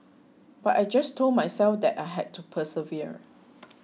but I just told myself that I had to persevere